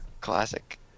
Classic